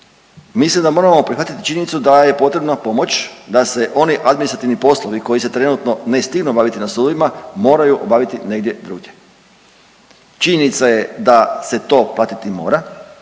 mislim da moramo prihvatiti činjenicu da je potrebna pomoć da se oni administrativni poslovi koji se trenutno ne stignu obaviti na sudovima moraju obaviti negdje drugdje. Činjenica je da se to platiti mora.